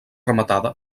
rematada